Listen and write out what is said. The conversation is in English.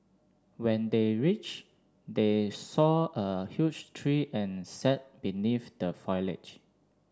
when they reached they saw a huge tree and sat beneath the foliage